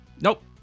Nope